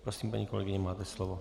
Prosím, paní kolegyně, máte slovo.